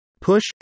push